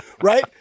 right